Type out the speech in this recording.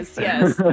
yes